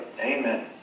Amen